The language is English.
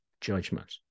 judgment